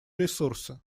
ресурсы